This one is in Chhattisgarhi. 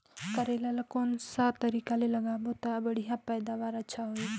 करेला ला कोन सा तरीका ले लगाबो ता बढ़िया पैदावार अच्छा होही?